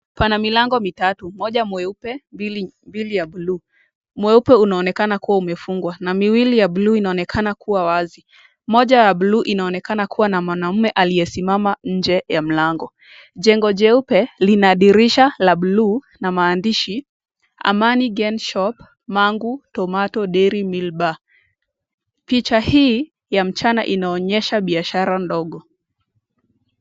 Pana milango mitatu, mmoja mweupe mbili ya buluu, mweupe unaonekana kuwa umefungwa, na miwili ya buluu inainekana kuwa wazi, moja ya buluu inaonekana kuna mwanaume amsemama nje ya mlango, jengo jeupe lina durisha la buluu na maandishi amani gen shop tomato dairy bar , picha hii ya mchana inaonyesha biashara ndogo.